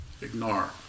Ignore